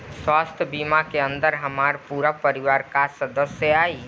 स्वास्थ्य बीमा के अंदर हमार पूरा परिवार का सदस्य आई?